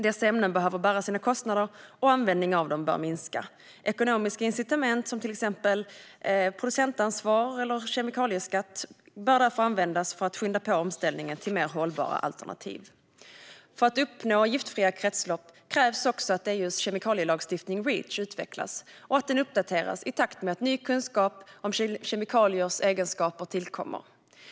Dessa ämnen behöver bära sina kostnader, och användningen av dem bör minska. Ekonomiska incitament, exempelvis producentansvar eller kemikalieskatt, bör därför användas för att skynda på omställningen till mer hållbara alternativ. För att uppnå giftfria kretslopp krävs också att EU:s kemikalielagstiftning Reach utvecklas och att den uppdateras i takt med att ny kunskap om kemikaliers egenskaper tillkommer.